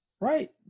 Right